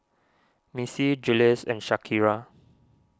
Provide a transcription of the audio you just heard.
Missie Jules and Shakira